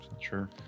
Sure